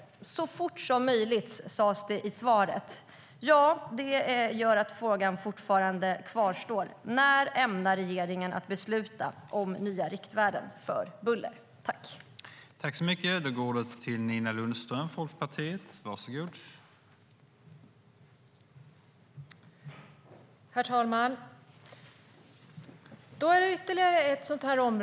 Så fort som möjligt, sas det i svaret. Det gör att frågan fortfarande kvarstår. När ämnar regeringen besluta om nya riktvärden för buller?